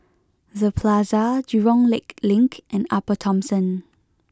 the Plaza Jurong Lake Link and Upper Thomson